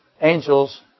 Angels